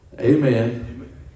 Amen